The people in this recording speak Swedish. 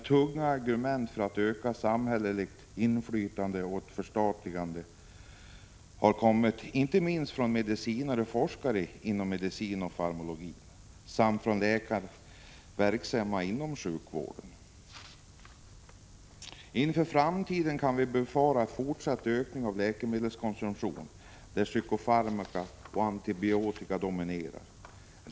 Tunga argument för ett ökat samhälleligt inflytande och ett förstatligande har kommit inte minst från medicinare och forskare inom medicin och farmakologi samt från läkare verksamma inom sjukvården. Inför framtiden kan vi befara en fortsatt ökning av läkemedelskonsumtionen, där psykofarmaka och antibiotika dominerar.